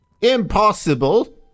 Impossible